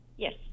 Yes